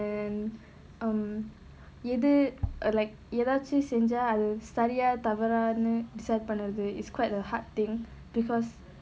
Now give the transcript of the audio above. and um எது:ethu err like ஏதாச்சும் செஞ்சா சரியா தவறுன்னு:ethachum senja sariyaa thavarannu decide பண்றது:pandrathu is quite a hard thing because